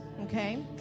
Okay